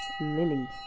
Lily